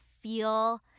feel